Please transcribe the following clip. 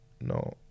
No